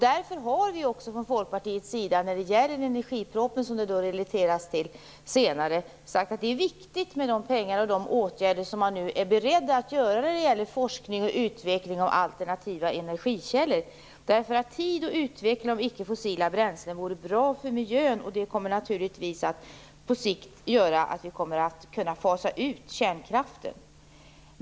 När det gäller energipropositionen som det relateras till, har vi i Folkpartiet därför också sagt att det är viktigt med de pengar och de åtgärder som man nu är beredd att satsa på forskning och utveckling av alternativa energikällor. Tid för utveckling av icke fossila bränslen vore bra för miljön. Det kommer naturligtvis att göra att vi på sikt kommer att kunna fasa ut kärnkraften.